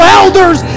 elders